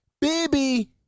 Baby